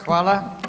Hvala.